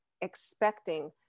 expecting